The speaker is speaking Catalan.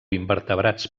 invertebrats